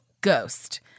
ghost